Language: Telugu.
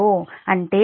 అంటే ఇది సమీకరణం 12